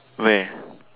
where